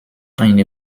eine